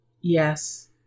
yes